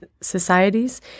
societies